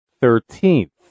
Thirteenth